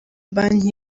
banki